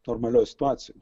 normalioj situacijoj